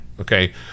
Okay